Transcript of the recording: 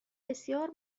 بسیار